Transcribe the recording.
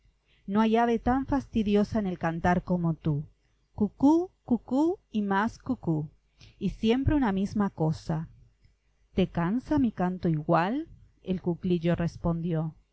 no hay ave tan fastidiosa en el cantar como tú cucú cucú y más cucú y siempre una misma cosa te cansa mi canto igual